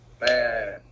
Man